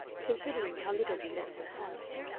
considering how little he lets her have.